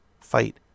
Fight